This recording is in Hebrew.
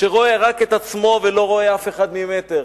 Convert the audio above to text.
שרואה רק את עצמו ולא רואה אף אחד ממטר.